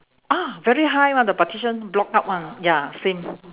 ah very high one the partition block up one ya same